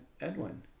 Edwin